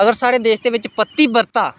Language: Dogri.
अगर साढ़े देश दे बिच्च पतिवर्ता